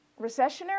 Recessionary